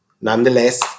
nonetheless